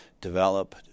develop